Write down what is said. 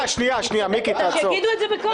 מיקי, מיקי, תעצור.